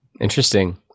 Interesting